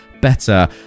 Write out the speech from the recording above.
better